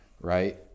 right